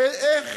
איך